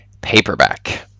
paperback